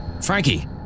Frankie